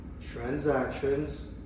transactions